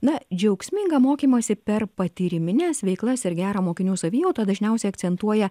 na džiaugsmingą mokymąsi per patyrimines veiklas ir gerą mokinių savijautą dažniausiai akcentuoja